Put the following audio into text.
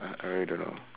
I I really don't know